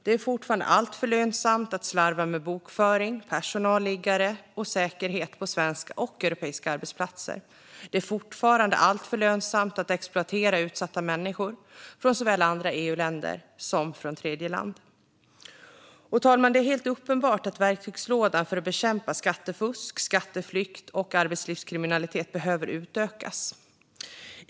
Det är fortfarande alltför lönsamt att slarva med bokföring, personalliggare och säkerhet på svenska och europeiska arbetsplatser. Det är fortfarande alltför lönsamt att exploatera utsatta människor från såväl andra EU-länder som tredjeländer. Fru talman! Det är helt uppenbart att verktygslådan för att bekämpa skattefusk, skatteflykt och arbetslivskriminalitet behöver utökas.